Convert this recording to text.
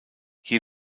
hier